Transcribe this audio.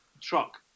truck